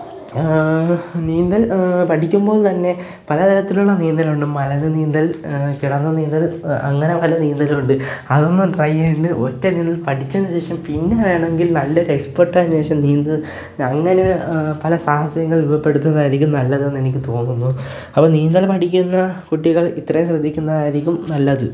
നീന്തൽ പഠിക്കുമ്പോൾ തന്നെ പലതരത്തിലുള്ള നീന്തലുണ്ട് മലര്ന്നു നീന്തൽ കിടന്നു നീന്തൽ അങ്ങനെ പല നീന്തലുമുണ്ട് അതൊന്നും ട്രൈ ചെയ്യാണ്ട് ഒറ്റതിൽ പഠിച്ചതിനുശേഷം പിന്നെ വേണമെങ്കിൽ നല്ലൊരെക്സ്പേര്ട്ടായതിനു ശേഷം നീന്തല് അങ്ങനെ പല സാഹസികങ്ങൾ രൂപപ്പെടുത്തുന്നതായിരിക്കും നല്ലതെന്ന് എനിക്ക് തോന്നുന്നു അപ്പോള് നീന്തൽ പഠിക്കുന്ന കുട്ടികൾ ഇത്രയും ശ്രദ്ധിക്കുന്നതായിരിക്കും നല്ലത്